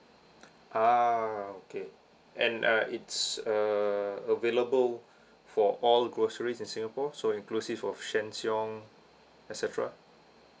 ah okay and uh it's uh available for all groceries in singapore so inclusive of sheng siong et cetera